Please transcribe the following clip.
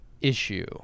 issue